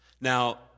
Now